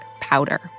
powder